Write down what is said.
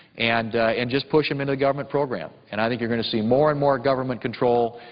and and just push them into a government program. and i think you're going to see more and more government control,